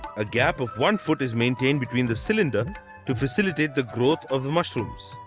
a gap of one foot is maintained between the cylinders to facilitate the growth of mushrooms.